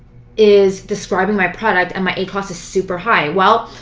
is describing my product and my acos is super high? well,